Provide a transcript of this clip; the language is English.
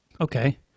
Okay